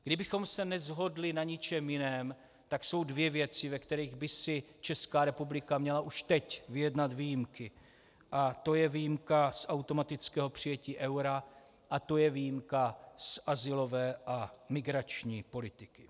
Kdybychom se neshodli na ničem jiném, tak jsou dvě věci, ve kterých by si Česká republika měla už teď vyjednat výjimky, a to je výjimka z automatického přijetí eura a to je výjimka z azylové a migrační politiky.